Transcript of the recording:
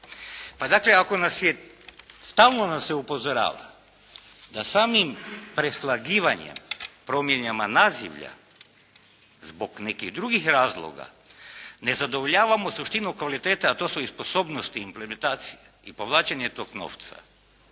Pa dakle ako nas je, stalno nas se upozorava da samim preslagivanjem promjenama nazivlja zbog nekih drugih razloga ne zadovoljavamo suštinu kvaliteta, a to su i sposobnosti implementacije i povlačenje tog novca,